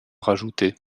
rajouter